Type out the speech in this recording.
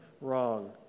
wrong